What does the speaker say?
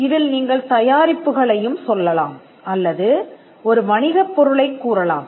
இதில் நீங்கள் தயாரிப்புகளையும் சொல்லலாம் அல்லது ஒரு வணிகப் பொருளைக் கூறலாம்